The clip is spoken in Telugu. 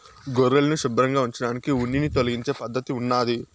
గొర్రెలను శుభ్రంగా ఉంచడానికి ఉన్నిని తొలగించే పద్ధతి ఉన్నాది